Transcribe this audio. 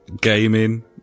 gaming